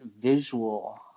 visual